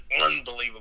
unbelievable